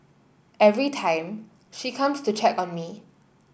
every time she comes to check on me